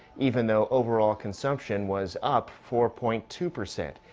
even though overall consumption was up four point two percent.